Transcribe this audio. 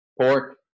pork